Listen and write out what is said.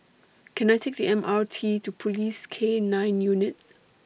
Can I Take The M R T to Police K nine Unit